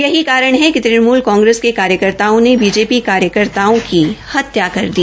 यही कारण है कि त्रिणमूल कांग्रेस के कार्यकर्ताओं ने बीजेपी कार्यकर्ताओं की हत्या कर दी